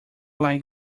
like